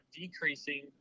decreasing